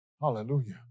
hallelujah